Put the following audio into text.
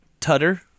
Tutter